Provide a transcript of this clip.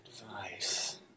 advice